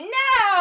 no